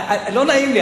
לא נעים לי,